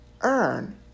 earn